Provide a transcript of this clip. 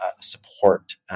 support